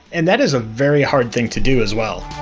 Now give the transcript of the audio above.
and that is a very hard thing to do as well.